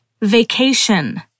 vacation